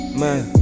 man